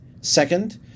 Second